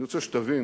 אני רוצה שתבין